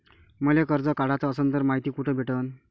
मले कर्ज काढाच असनं तर मायती कुठ भेटनं?